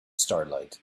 starlight